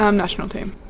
um national team.